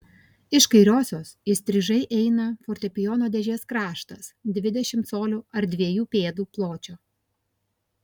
iš kairiosios įstrižai eina fortepijono dėžės kraštas dvidešimt colių ar dviejų pėdų pločio